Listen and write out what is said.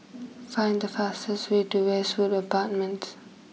find the fastest way to Westwood Apartments